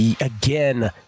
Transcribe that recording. Again